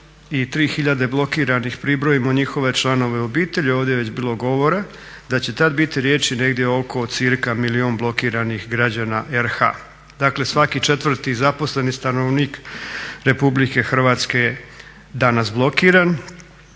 tisuće blokiranih pribrojimo njihove članove obitelji, ovdje je već bilo govora da će tad biti riječ negdje oko cca milijun blokiranih građana RH. Dakle, svaki 4 zaposleni stanovnik RH je danas blokiran,